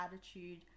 attitude